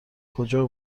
کجا